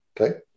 okay